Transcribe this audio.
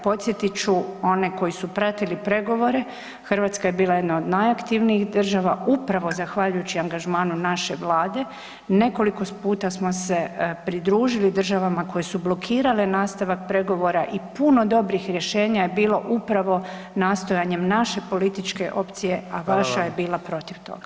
Podsjetit ću one koji su pratili pregovore, Hrvatska je bila jedna od najaktivnijih država upravo zahvaljujući angažmanu naše Vlade, nekoliko puta smo se pridružili državama koje su blokirale nastavak pregovora i puno dobrih rješenja je bilo upravo nastojanjem naše političke opcije, a vaša je bila [[Upadica: Hvala vam.]] protiv toga.